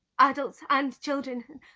adults and children.